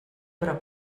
però